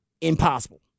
Impossible